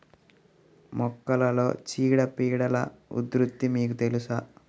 మొక్కలలో చీడపీడల ఉధృతి మీకు తెలుసా?